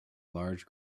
large